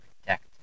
protect